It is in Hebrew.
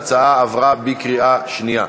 ההצעה עברה בקריאה שנייה.